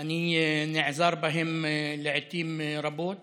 אני נעזר בהם לעיתים רבות